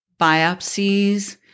biopsies